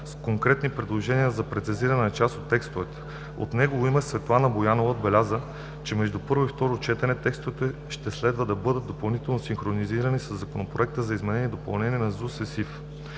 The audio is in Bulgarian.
с конкретни предложения за прецизиране на част от текстовете. От негово име Светлана Боянова отбеляза, че между първо и второ четене текстовете ще следва да бъдат допълнително синхронизирани със Законопроекта за изменение и допълнение на ЗУСЕСИФ.